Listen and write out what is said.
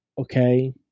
okay